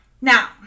Now